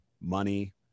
money